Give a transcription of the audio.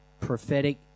prophetic